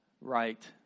right